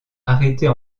arrêter